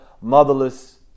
Motherless